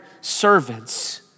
servants